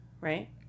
right